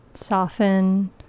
Soften